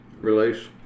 release